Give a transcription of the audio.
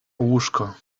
łóżko